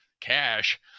cash